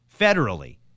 federally